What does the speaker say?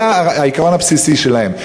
זה העיקרון הבסיסי שלהם.